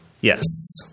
yes